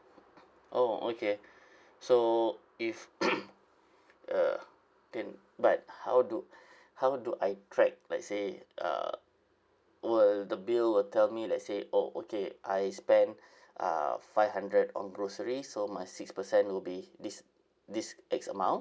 oh okay so if uh and but how do how do I track let's say uh will the bill will tell me let's say oh okay I spent uh five hundred on grocery so my six percent will be this this X amount